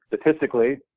Statistically